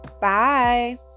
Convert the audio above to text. bye